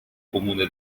comune